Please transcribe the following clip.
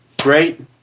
Great